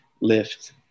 lift